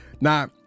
Now